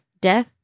death